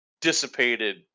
dissipated